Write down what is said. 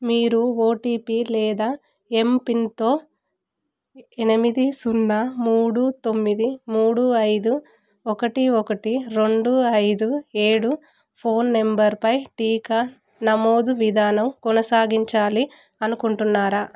మీరు ఓటీపీ లేదా ఎంపిన్తో ఎనిమిది సున్నా మూడు తొమ్మిది మూడు అయిదు ఒకటి ఒక్కటి రెండు ఐదు ఏడు ఫోన్ నంబర్పై టీకా నమోదు విధానం కొనసాగించాలి అనుకుంటున్నారా